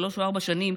שלוש או ארבע שנים,